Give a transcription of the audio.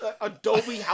adobe